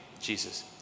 Jesus